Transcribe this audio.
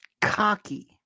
cocky